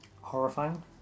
horrifying